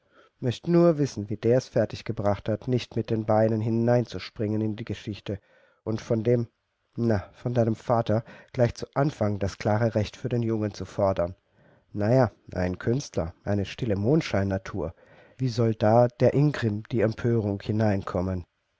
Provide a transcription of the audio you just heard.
möcht nur wissen wie der's fertig gebracht hat nicht mit beiden beinen hineinzuspringen in die geschichte und von dem na von deinem vater gleich zu anfang das klare recht für den jungen zu fordern na ja ein künstler eine stille mondscheinnatur wie soll da der ingrimm die empörung hineinkommen